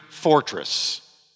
fortress